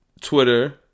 Twitter